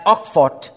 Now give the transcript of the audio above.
Oxford